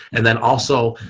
and then also,